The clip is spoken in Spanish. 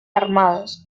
armados